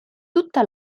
tutta